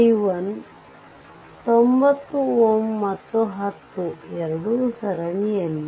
90 Ω ಮತ್ತು 10 ಎರಡೂ ಸರಣಿಯಲ್ಲಿವೆ